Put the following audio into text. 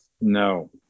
no